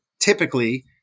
typically